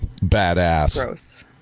badass